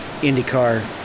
IndyCar